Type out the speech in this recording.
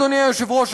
אדוני היושב-ראש,